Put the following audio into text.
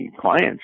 clients